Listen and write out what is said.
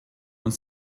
und